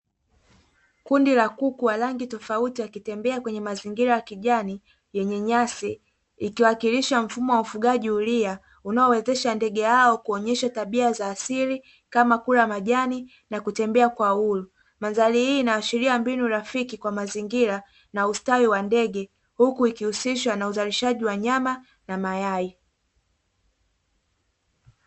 Kundi la kuku wa rangi tofauti wakitembea kwenye mazingira ya kijani yenye nyasi ikiwakilisha mfumo wa ufugaji huria unaowezesha ndege hao kuonyesha tabia za asili kama kula majani na kutembea kwa uhuru, mandhari hii inaashiria mbinu rafiki kwa mazingira na ustawi wa ndege huku ikihusishwa na uzalishaji wa nyama na mayai.